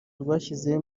rwashyize